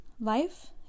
life